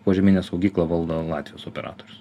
požeminę saugyklą valdo latvijos operatorius